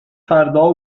فردا